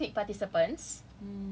and then you just click participants